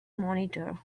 monitor